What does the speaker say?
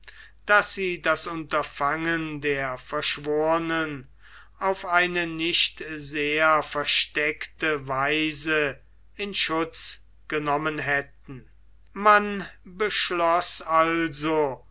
daß so das unterfangen der verschworen auf eine nicht sehr versteckte weise in schutz genommen hätten man beschloß also